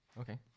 Okay